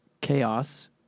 chaos